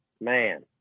man